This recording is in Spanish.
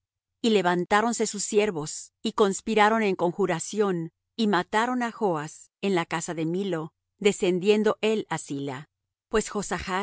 y levantáronse sus siervos y conspiraron en conjuración y mataron á joas en la casa de millo descendiendo él á silla pues